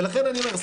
ולכן אני אומר,